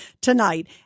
tonight